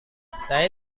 saya